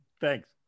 thanks